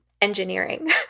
engineering